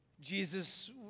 jesus